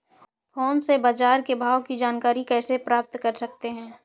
Phone से बाजार के भाव की जानकारी कैसे प्राप्त कर सकते हैं?